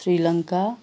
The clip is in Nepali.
श्रीलङ्का